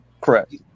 Correct